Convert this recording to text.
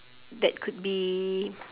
that could be